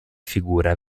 figura